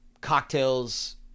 cocktails